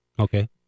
Okay